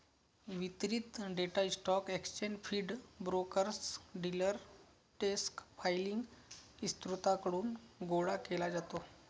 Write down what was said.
वितरित data stock exchange feed, brokers, dealer desk filing स्त्रोतांकडून गोळा केला जातो